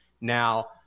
now